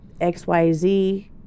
XYZ